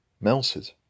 melted